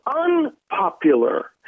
unpopular